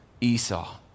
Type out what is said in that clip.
Esau